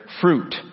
fruit